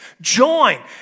Join